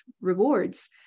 rewards